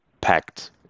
packed